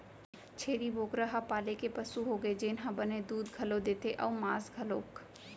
छेरी बोकरा ह पाले के पसु होगे जेन ह बने दूद घलौ देथे अउ मांस घलौक